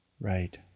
Right